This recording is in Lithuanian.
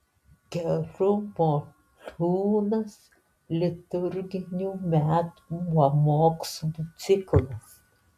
gerumo liūnas liturginių metų pamokslų ciklas